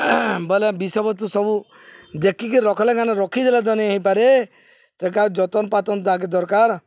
ବୋଇଲେ ବିଷୟବସ୍ତୁ ସବୁ ଦେଖିକି ରଖିଦେଲ ତ ନି ହି ପାରେ ତାକେ ଆଉ ଯତ୍ନ ପାତନ ତାହାକେ ଦରକାର